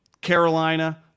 Carolina